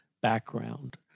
background